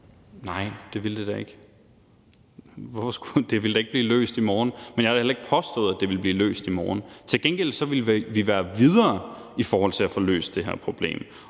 Nej, det ville det da ikke. Det ville da ikke blive løst i morgen. Men jeg har da heller ikke påstået, at det ville blive løst i morgen. Til gengæld ville vi være videre i forhold til at få løst det her problem.